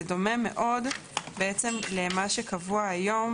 זה דומה מאוד למה שקבוע היום